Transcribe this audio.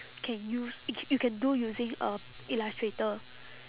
can use c~ you can do using um illustrator